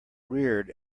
reared